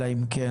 אלא אם כן,